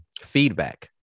feedback